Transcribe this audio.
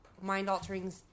mind-altering